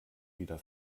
wieder